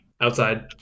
outside